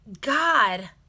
God